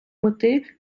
мети